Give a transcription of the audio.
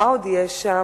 מה עוד יש שם?